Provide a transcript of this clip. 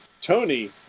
Tony